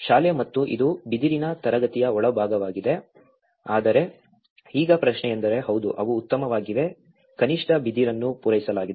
ಶಾಲೆ ಮತ್ತು ಇದು ಬಿದಿರಿನ ತರಗತಿಯ ಒಳಭಾಗವಾಗಿದೆ ಆದರೆ ಈಗ ಪ್ರಶ್ನೆಯೆಂದರೆ ಹೌದು ಅವು ಉತ್ತಮವಾಗಿವೆ ಕನಿಷ್ಠ ಬಿದಿರನ್ನು ಪೂರೈಸಲಾಗಿದೆ